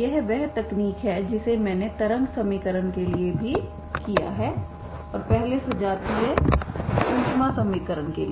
यह वह तकनीक है जिसे मैंने तरंग समीकरण के लिए भी किया है और पहले सजातीय गर्मी समीकरण के लिए भी